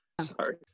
sorry